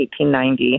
1890